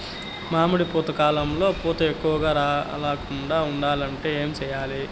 మామిడి పూత కాలంలో పూత ఎక్కువగా రాలకుండా ఉండాలంటే ఏమి చెయ్యాలి?